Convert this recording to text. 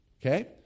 Okay